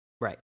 Right